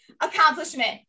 accomplishment